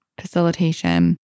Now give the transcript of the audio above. facilitation